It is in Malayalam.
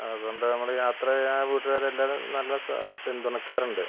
അതുകൊണ്ട് നമ്മൾ യാത്ര ചെയ്യുക വീട്ട്കാരെല്ലാവരും നല്ല സ പിന്തുണയ്ക്കാറുണ്ട്